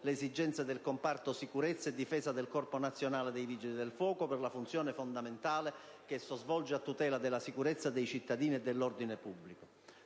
le esigenze del comparto sicurezza e difesa del Corpo nazionale dei vigili del fuoco, per la funzione fondamentale che esso svolge a tutela della sicurezza dei cittadini e dell'ordine pubblico.